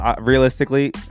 realistically